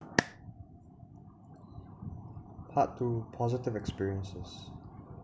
part two positive experiences